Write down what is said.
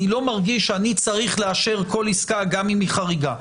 אני לא מרגיש שאני צריך לאשר כל עסקה גם אם היא חריגה.